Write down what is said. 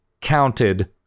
counted